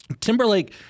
Timberlake